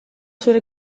zure